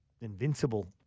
invincible